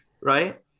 Right